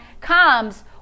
comes